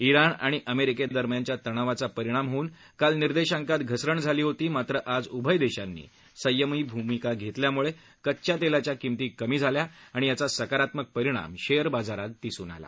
Iran आणि अमेरिके दरम्यानच्या तणावाचा परिणाम होऊन काल निर्देशांकात घसरण झाली होती मात्र आज उभय देशांनी आज सयंमी भूमिका घेतल्यामुळे कच्च्या तेलाच्या किंमती कमी झाल्या याचा सकारात्मक परिणाम आज शेअर बाजारावर झाला